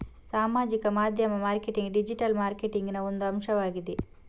ಸಾಮಾಜಿಕ ಮಾಧ್ಯಮ marketing digital ಮಾರ್ಕೆಟಿಂಗಿನ ಒಂದು ಅಂಶವಾಗಿದೆ